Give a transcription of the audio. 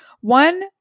One